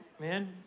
man